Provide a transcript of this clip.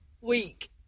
week